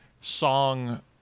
song